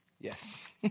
Yes